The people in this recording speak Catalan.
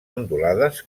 ondulades